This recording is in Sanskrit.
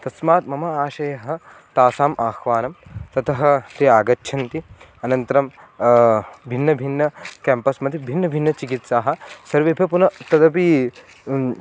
तस्मात् मम आशयः तासाम् आह्वानं ततः ते आगच्छन्ति अनन्तरं भिन्नभिन्न केम्पस् मध्ये भिन्नभिन्नचिकित्साः सर्वेपि पुन तदपी